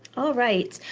all right.